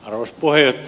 arouspuheet